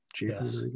yes